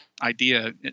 idea